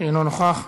אינו נוכח,